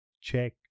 Check